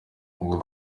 ubu